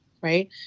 Right